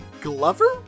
Glover